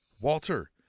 Walter